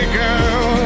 girl